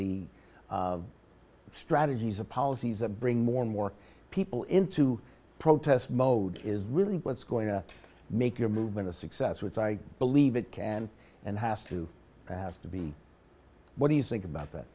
the strategies of policies that bring more and more people in to protest mode is really what's going to make your movement a success which i believe it can and has to have to be what do you think about